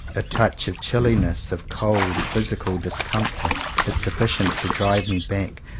a touch of chilliness, of cold physical discomfort, is sufficient to drive me back,